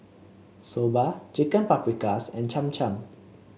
Soba Chicken Paprikas and Cham Cham